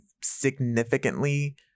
significantly